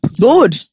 Good